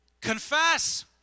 Confess